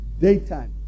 daytime